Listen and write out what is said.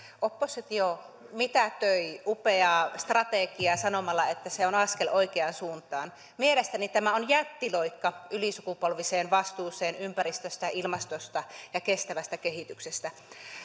oppositio mitätöi upeaa strategiaa sanomalla että se on askel oikeaan suuntaan mielestäni tämä on jättiloikka ylisukupolviseen vastuuseen ympäristöstä ilmastosta ja kestävästä kehityksestä